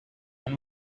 and